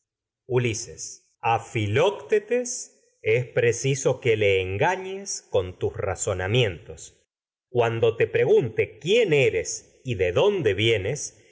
ordenas a filoctetes preciso que le engañes con te razonamientos cuando pregunte quién eres y de dónde vienes